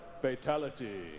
fatality